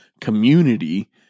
community